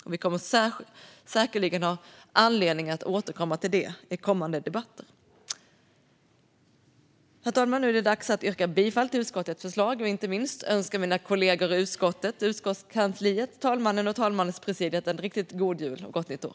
Vi får säkerligen anledning att återkomma till det i kommande debatter. Herr talman! Nu är det dags att yrka bifall till utskottets förslag och inte minst att önska mina kollegor i utskottet, utskottskansliet, talmannen och talmanspresidiet en riktigt god jul och ett gott nytt år.